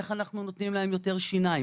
איך אנחנו נותנים להם יותר שיניים?